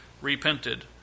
repented